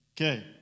Okay